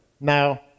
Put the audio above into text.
Now